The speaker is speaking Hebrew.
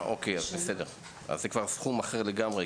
אז זה כבר סכום אחר לגמרי,